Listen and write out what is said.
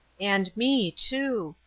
and me, too.